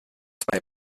zwei